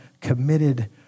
committed